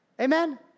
Amen